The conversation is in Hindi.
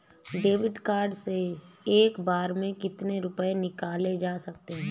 डेविड कार्ड से एक बार में कितनी रूपए निकाले जा सकता है?